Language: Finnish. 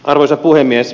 arvoisa puhemies